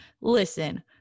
Listen